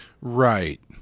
Right